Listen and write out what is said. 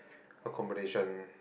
accommodation